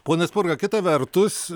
pone spurga kita vertus